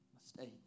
mistakes